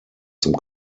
zum